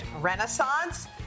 Renaissance